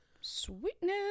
Sweetness